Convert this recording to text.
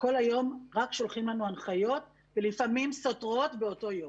שכל היום רק שולחים לנו הנחיות ולפעמים סותרות באותו יום.